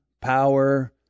power